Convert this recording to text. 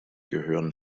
gehören